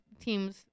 teams